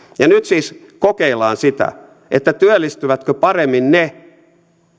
nyt siis kokeillaan sitä työllistyvätkö paremmin ne